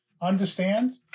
Understand